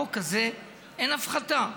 בחוק הזה אין הפחתה.